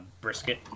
brisket